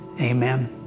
Amen